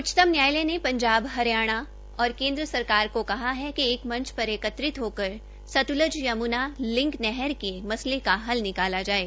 उच्चतम न्यायालय ने पंजाब हरियाणा और केन्द्र सरकार को कहा है कि एक मंच पर एक मंच पर एकत्रित होकर सतल्त यम्ना लिंक लिंक नहर के मसले का हल निकाला जाये